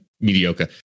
mediocre